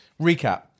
recap